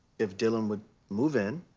if dylan would move in.